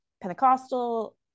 Pentecostal